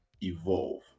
evolve